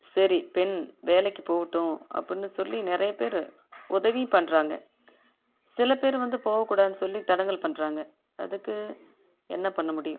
சரி பெண் வேலைக்கு போகட்டும் அப்படினு சொல்லி நிறைய பேர் உதவியும் பண்ணுறாங்க சில பேர் வந்து போக கூடாதுன்னு சொல்லி தடங்கல் பண்ணுறாங்க அதுக்கு என்ன பண்ண முடியும்